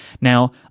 Now